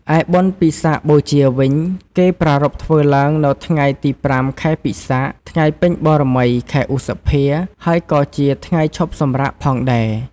ឯបុណ្យពិសាខបូជាវិញ គេប្រារព្ធធ្វើឡើងនៅថ្ងៃទី ៥ ខែពិសាខ ថ្ងៃពេញបូរមី ខែឧសភា ហើយក៏ជាថ្ងៃឈប់សម្រាកផងដែរ ។